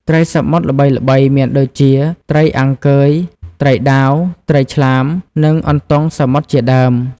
ត្រីសមុទ្រល្បីៗមានដូចជា ត្រីអាំងកឺយ ត្រីដាវ ត្រីឆ្លាម និងអន្ទង់សមុទ្រជាដើម។